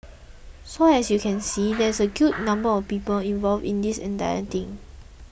so as you can see there are a good number of people involved in this entire thing